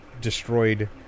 destroyed